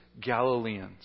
Galileans